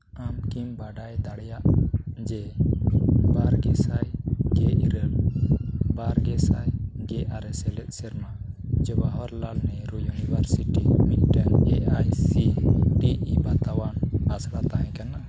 ᱟᱢ ᱠᱤᱢ ᱵᱟᱰᱟᱭ ᱫᱟᱲᱮᱭᱟᱜᱼᱟ ᱡᱮ ᱵᱟᱨ ᱜᱮ ᱥᱟᱭ ᱜᱮ ᱤᱨᱟᱹᱞ ᱵᱟᱨ ᱜᱮ ᱥᱟᱭ ᱜᱮ ᱟᱨᱮ ᱥᱮᱞᱮᱫ ᱥᱮᱨᱢᱟ ᱡᱚᱦᱚᱨᱞᱟᱞ ᱱᱮᱦᱨᱩ ᱤᱭᱩᱱᱤᱵᱷᱟᱨᱥᱤᱴᱤ ᱢᱤᱫᱴᱟᱱ A I C T E ᱵᱟᱛᱟᱣᱟᱱ ᱟᱥᱲᱟ ᱛᱟᱦᱮᱸ ᱠᱟᱱᱟ